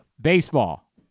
baseball